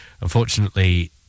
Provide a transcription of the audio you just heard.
unfortunately